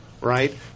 right